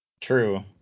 true